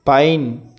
pine